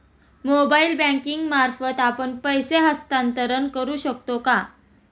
Mobile banking मार्फत आपण पैसे हस्तांतरण करू शकतो का?